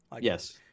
Yes